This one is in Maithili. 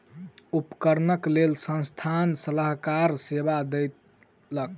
उपकरणक लेल संस्थान सलाहकार सेवा देलक